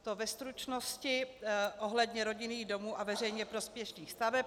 To ve stručnosti ohledně rodinných domů a veřejně prospěšných staveb.